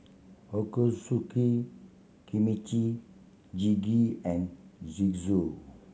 Ochazuke Kimchi Jjigae and Gyoza